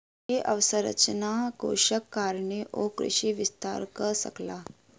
कृषि अवसंरचना कोषक कारणेँ ओ कृषि विस्तार कअ सकला